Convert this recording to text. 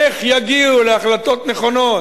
איך יגיעו להחלטות נכונות?